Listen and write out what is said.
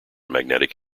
magnetic